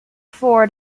for